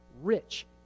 Rich